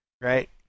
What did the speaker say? right